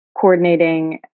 coordinating